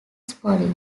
police